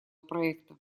проекта